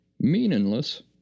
meaningless